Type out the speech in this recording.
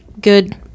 good